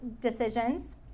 decisions